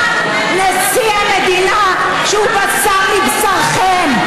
נשיא המדינה, שהוא בשר מבשרכם.